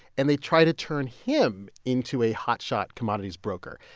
and they try to turn him into a hot-shot commodities broker.